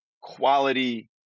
quality